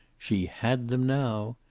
she had them now.